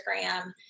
Instagram